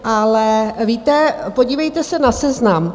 Ale víte, podívejte se na seznam.